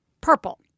purple